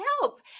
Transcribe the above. help